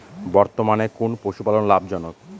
বর্তমানে কোন পশুপালন লাভজনক?